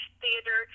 theater